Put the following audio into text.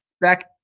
back